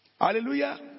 Hallelujah